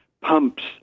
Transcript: pumps